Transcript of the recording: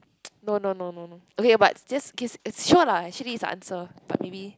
no no no no no okay but just kiss sure lah actually is answer but maybe